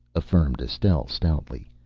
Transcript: affirmed estelle stoutly.